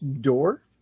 door